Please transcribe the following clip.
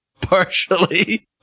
Partially